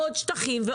עוד שטחים,